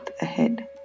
ahead